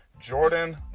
Jordan